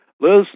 Liz